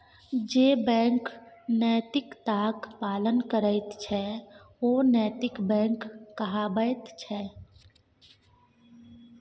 जे बैंक नैतिकताक पालन करैत छै ओ नैतिक बैंक कहाबैत छै